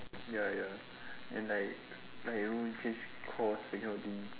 ya ya and like like you know change course that kind of thing